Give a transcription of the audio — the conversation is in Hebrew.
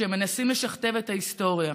שמנסים לשכתב את ההיסטוריה.